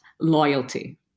loyalty